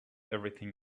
everything